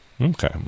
Okay